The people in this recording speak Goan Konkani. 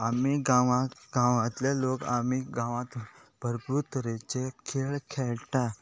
आमी गांवां गांवांतले लोक आमी गांवांत भरपूर तरेचे खेळ खेळटात